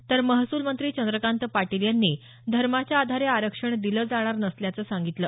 तर महसूल मंत्री चंद्रकांत पाटील यांनी धर्माच्या आधारे आरक्षण दिलं जाणार नसल्याचं सांगितलं